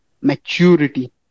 maturity